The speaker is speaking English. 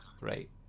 right